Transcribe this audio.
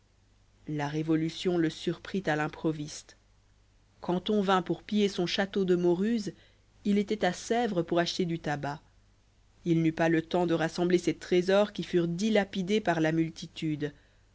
la révolution le surprit à l'improviste quand on vint pour piller son château de mauruse il était à sèvres pour acheter du tabac il n'eut pas le temps de rassembler ses trésors qui furent dilapidés par la multitude